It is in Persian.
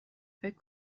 فکر